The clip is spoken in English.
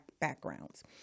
backgrounds